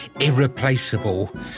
irreplaceable